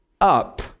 up